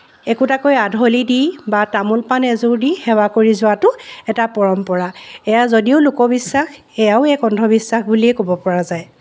একোটাকৈ আধলি দি বা তামোল পাণ এযোৰ দি সেৱা কৰি যোৱাটো এটা পৰম্পৰা এয়া যদিও লোকবিশ্বাস এয়াও এক অন্ধবিশ্বাস বুলিয়েই ক'ব পৰা যায়